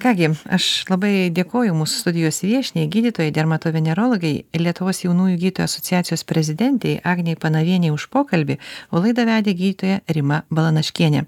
ką gi aš labai dėkoju mūsų studijos viešniai gydytojai dermatovenerologei lietuvos jaunųjų gytojų asociacijos prezidentei agnei panavienei už pokalbį o laidą vedė gydytoja rima balanaškienė